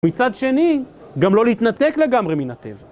מצד שני, גם לא להתנתק לגמרי מן הטבע.